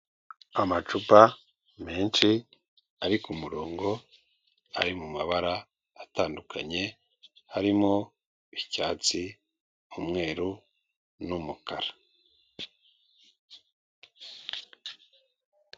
Amacupa menshi ari ku murongo ari mu mabara atandukanye harimo icyatsi, umweru n'umukara.